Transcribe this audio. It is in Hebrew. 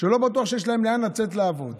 לא בטוח שיש להם לאן לצאת לעבוד.